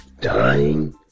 dying